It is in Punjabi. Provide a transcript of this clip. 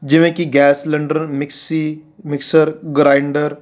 ਜਿਵੇਂ ਕਿ gas cylinder mixie mixer grinder